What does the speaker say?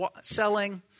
selling